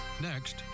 Next